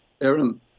Aaron